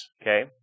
okay